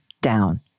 down